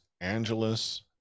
Angeles